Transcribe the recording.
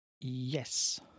Yes